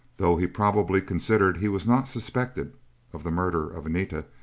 though he probably considered he was not suspected of the murder of anita,